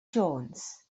jones